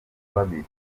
babiri